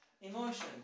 emotion